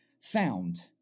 found